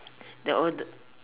the older